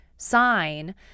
sign